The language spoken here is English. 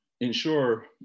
ensure